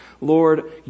Lord